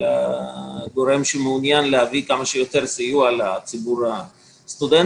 אלא גורם שמעוניין להביא כמה שיותר סיוע לציבור הסטודנטים,